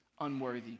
unworthy